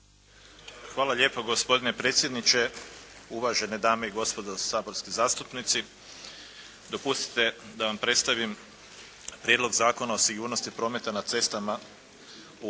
Hvala lijepa. Gospodine predsjedniče, uvažene dame i gospodo saborski zastupnici. Dopustite da vam predstavim Prijedlog zakona o sigurnosti prometa na cestama u